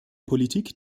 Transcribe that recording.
politik